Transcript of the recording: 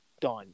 done